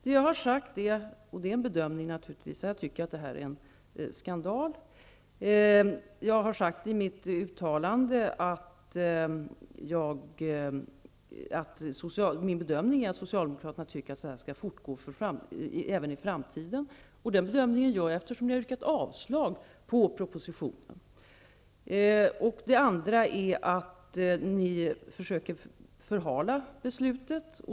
Det jag har sagt -- och det är naturligtvis en bedömning -- är att jag tycker att detta är en skandal. Jag har i mitt uttalande sagt att min bedömning är att Socialdemokraterna vill att detta skall fortgå även i framtiden. Den bedömningen gör jag eftersom ni har yrkat avslag på propositionen. Ni försöker dessutom förhala beslutet.